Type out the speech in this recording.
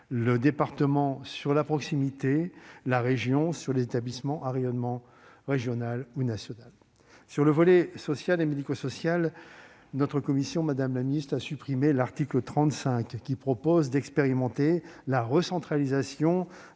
le département sur la proximité, la région sur les établissements à rayonnement régional ou national. Sur le volet social et médico-social, notre commission a supprimé l'article 35, qui expérimentait la recentralisation